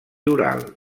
oral